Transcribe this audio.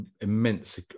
immense